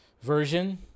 version